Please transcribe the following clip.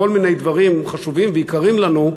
כל מיני דברים חשובים ויקרים לנו,